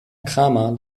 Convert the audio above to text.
cramer